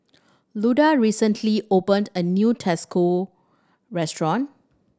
Luda recently opened a new restaurant